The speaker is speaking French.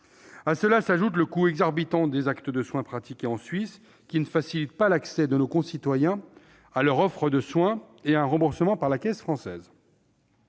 À cela s'ajoute le coût exorbitant des actes de soins pratiqués en Suisse, qui ne facilite pas l'accès de nos concitoyens à leur offre de soins et à un remboursement de la caisse française.